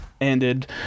ended